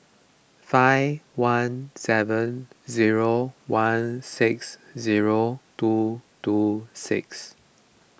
five one seven zero one six zero two two six